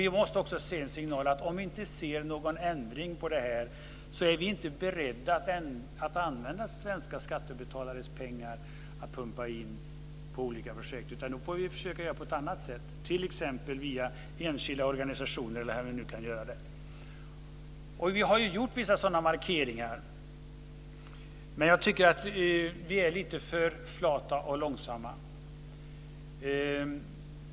Vi måste också ge signalen, att om vi inte ser någon ändring är vi inte beredda att använda svenska skattebetalares pengar för att pumpa in i olika projekt. Då får vi försöka agera på annat sätt, t.ex. via enskilda organisationer. Vi har gjort vissa sådana markeringar. Men jag tycker att vi är lite för flata och långsamma.